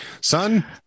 Son